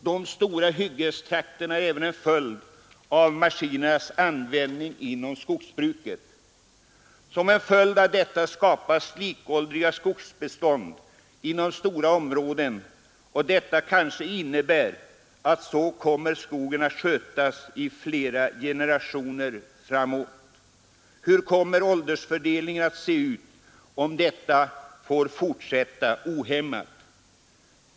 De stora hyggestrakterna är även en följd av användningen av maskiner inom skogsbruket. Därigenom skapas likåldriga skogsbestånd inom stora områden. Så kommer kanske skogen att skötas i flera generationer framåt. Hur kommer åldersfördelningen att se ut, om detta får fortsätta ohämmat?